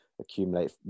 accumulate